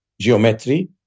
geometry